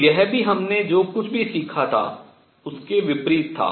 तो यह भी हमने जो कुछ भी सीखा था उसके विपरीत था